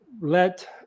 let